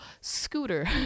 scooter